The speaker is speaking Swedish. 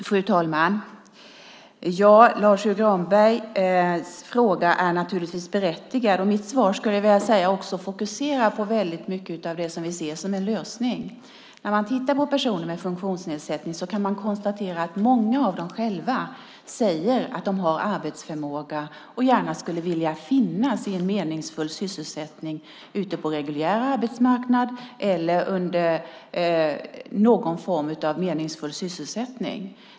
Fru talman! Lars U Granbergs fråga är naturligtvis berättigad, och mitt svar, skulle jag vilja säga, fokuserar också på väldigt mycket av det som vi ser som en lösning. Man kan konstatera att många personer med funktionsnedsättning själva säger att de har arbetsförmåga och gärna skulle vilja finnas i en meningsfull sysselsättning ute på reguljär arbetsmarknad eller i någon annan form av meningsfull sysselsättning.